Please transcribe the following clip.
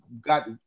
got